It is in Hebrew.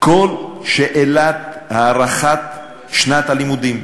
כל שאלת הארכת שנת הלימודים,